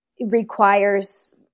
requires